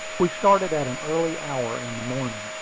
we started at an early hour in the morning,